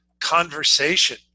conversation